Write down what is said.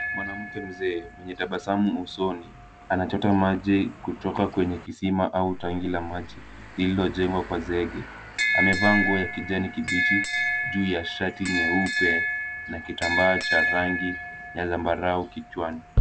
Mwanamke mzee mwenye tabasamu usoni, anachota maji kutoka kwenye kisima au tangi la maji, lliilojengwa kwa zege. Amevaa nguo ya kijani kibichi, juu ya shati nyeupe na kitambaa cha rangi ya zambarau kichwani.